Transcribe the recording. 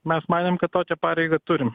mes manėm kad tokią pareigą turim